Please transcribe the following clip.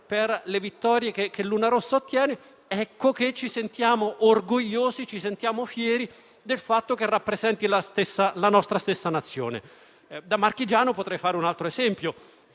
per le vittorie che riporta, ecco che ci sentiamo orgogliosi e fieri del fatto che rappresenti la nostra stessa Nazione. Da marchigiano potrei fare un altro esempio: